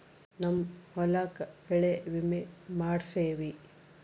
ನಮ್ ಹೊಲಕ ಬೆಳೆ ವಿಮೆ ಮಾಡ್ಸೇವಿ